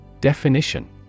Definition